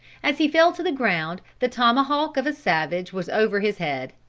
as he fell to the ground, the tomahawk of a savage was over his head.